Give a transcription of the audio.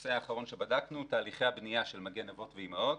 הנושא האחרון שבדקנו הוא תהליכי הבנייה של "מגן אבות ואימהות".